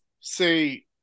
say